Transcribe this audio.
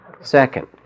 Second